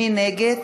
מי נגד?